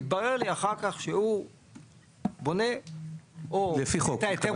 מתברר לי אחר כך שהוא בונה או מוציא היתר